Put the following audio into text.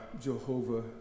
Jehovah